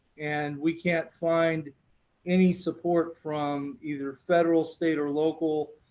and we can't find any support from either federal, state, or local,